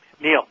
Neil